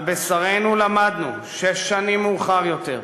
על בשרנו למדנו, שש שנים מאוחר יותר,